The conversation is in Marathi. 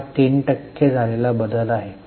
हा 3 टक्के बदल आहे